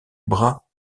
bras